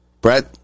Brett